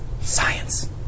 science